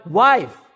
wife